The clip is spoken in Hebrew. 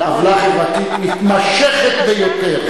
עוולה חברתית מתמשכת ביותר.